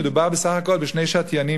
מדובר בסך הכול בשני שתיינים